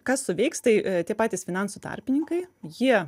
kas suveiks tai tie patys finansų tarpininkai jie